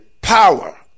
power